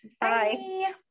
bye